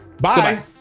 Bye